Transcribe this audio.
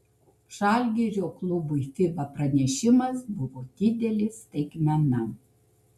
žalgirio klubui fiba pranešimas buvo didelė staigmena